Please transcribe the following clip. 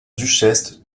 duchesse